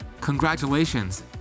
congratulations